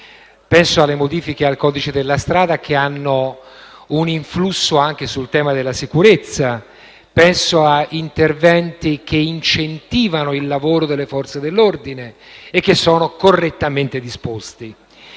Penso alle modifiche al codice della strada che hanno un influsso anche sul tema della sicurezza; penso a interventi che incentivano il lavoro delle Forze dell'ordine e che sono correttamente disposti.